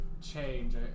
Change